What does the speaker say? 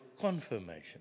confirmation